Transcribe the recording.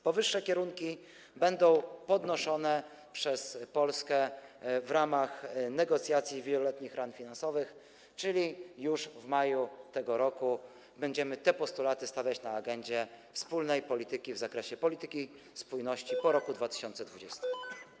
Powyższe kierunki będą podnoszone przez Polskę w ramach negocjacji wieloletnich ram finansowych, czyli już w maju tego roku będziemy te postulaty stawiać na agendzie wspólnej polityki w zakresie polityki spójności po roku 2020.